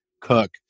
cook